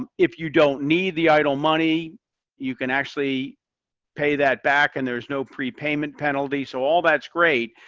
um if you don't need the eitl money you can actually pay that back and there's no prepayment penalty. so all that's great.